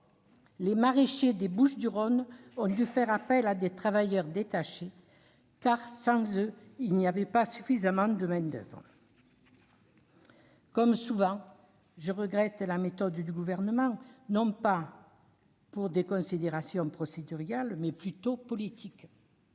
les maraîchers des Bouches-du-Rhône ont dû faire appel à des travailleurs détachés, car il n'y avait pas suffisamment de main-d'oeuvre. Comme souvent, je regrette la méthode du Gouvernement, pour des considérations non pas procédurales, mais plutôt politiques.